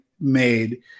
made